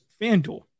FanDuel